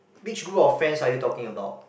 which group of friends are you talking about